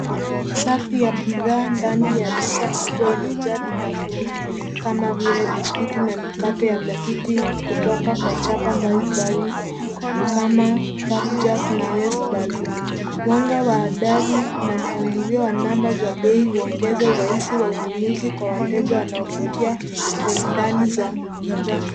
Safu ya bidhaa ndani ya duka kubwa imejaa vitafuna kama vile biskuti na mikate ya pakiti kutoka kwa chapa mbalimbali kama Flapjack na Westbarcs]. Mwanga wa dari na mpangilio wa namba za bei huongeza urahisi wa ununuzi kwa wateja wanaopitia korindani za bidhaa.